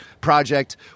project